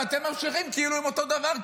ואתם ממשיכים כאילו עם אותו דבר,